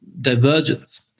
divergence